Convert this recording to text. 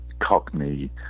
cockney